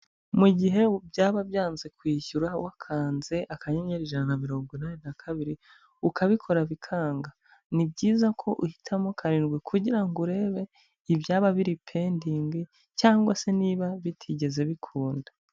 Mu gihe byaba byanze kwishyura wakanze akanyenyeri ijana na mirongo inani na kabiri ukabikora bikanga, ni byiza ko uhitamo karindwi kugira ngo urebe ibyaba biri pendingi, cyangwa se niba bitigeze bikunda.